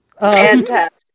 Fantastic